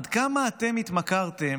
עד כמה אתם התמכרתם